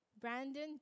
Brandon